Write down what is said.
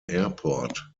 airport